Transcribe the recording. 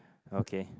okay